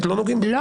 לא.